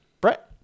Brett